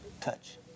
touch